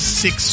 six